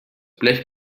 blech